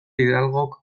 hidalgok